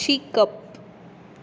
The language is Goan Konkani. शिकप